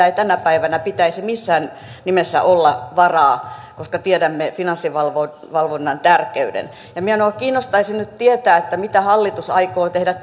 ei tietenkään tänä päivänä pitäisi missään nimessä olla varaa koska tiedämme finanssivalvonnan tärkeyden minua kiinnostaisi nyt tietää mitä hallitus aikoo tehdä